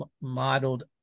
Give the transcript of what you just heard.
modeled